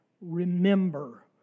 remember